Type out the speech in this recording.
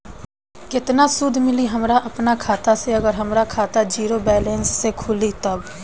केतना सूद मिली हमरा अपना खाता से अगर हमार खाता ज़ीरो बैलेंस से खुली तब?